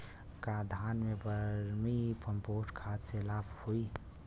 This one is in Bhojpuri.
का धान में वर्मी कंपोस्ट खाद से लाभ होई?